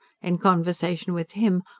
in conversation with him,